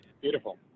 Beautiful